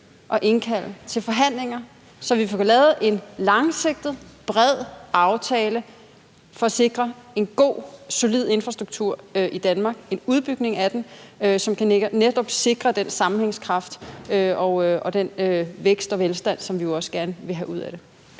at indkalde til forhandlinger, så vi får lavet en langsigtet, bred aftale for at sikre en god, solid infrastruktur i Danmark, en udbygning af den, som netop kan sikre den sammenhængskraft og den vækst og velstand, som vi jo også gerne vil have ud af det?